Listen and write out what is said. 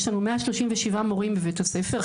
יש לנו 137 מורים בבית הספר,